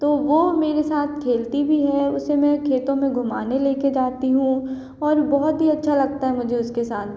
तो वह मेरे साथ खेलती भी है उसे मैं खेतों में घुमाने लेके जाती हूँ और बहुत ही अच्छा लगता है मुझे उसके साथ